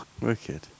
Wicked